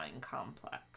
complex